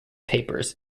papers